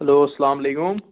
hello اسلام علیکُم